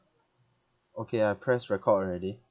okay I press record already